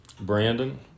Brandon